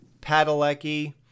Padalecki